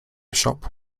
shop